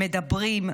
מדברים,